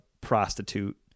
prostitute